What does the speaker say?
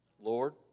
Lord